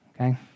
okay